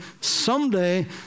someday